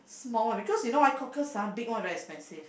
small because you know why cockles ah big one very expensive